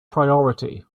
priority